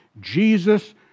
Jesus